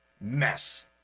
mess